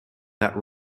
that